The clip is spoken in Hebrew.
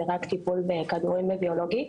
אלו רק טיפולים של כדורים ביולוגיים,